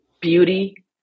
beauty